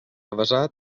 avesat